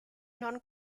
non